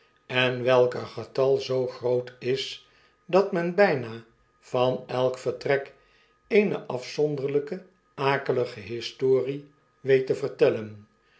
en welker getal zoo grpot is dat men byna van elk vertrek eene afzonderlyke akelige historie weet te vertellen